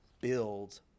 build